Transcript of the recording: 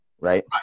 right